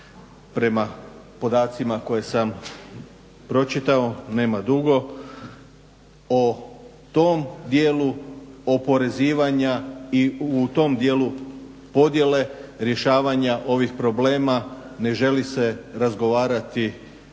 prema podacima koje sam pročitao nema dugo. O tom dijelu oporezivanja i u tom dijelu podijele rješavanja ovih problema ne želi se razgovarati